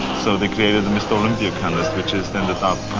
so they created the mr. olympia contest, which is then the top